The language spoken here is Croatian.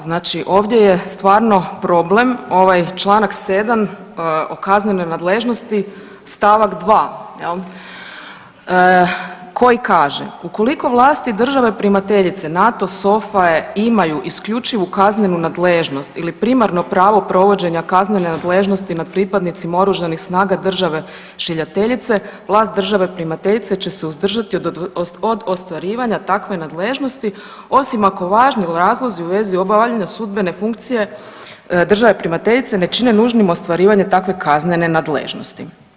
Znači ovdje je stvarno problem ovaj čl. 7 o kaznenoj nadležnosti st. 2, je li, koji kaže, ukoliko vlasti države primateljice NATO SOFA-e imaju isključivu kaznenu nadležnost ili primarno pravo provođenja kaznene nadležnosti nad pripadnicima OS-a države šiljateljice, vlast države primateljice će se uzdržati od ostvarivanja takve nadležnosti, osim ako važni razlozi u vezi obavljanja sudbene funkcije države primateljice ne čine nužnim ostvarivanje takve kaznene nadležnosti.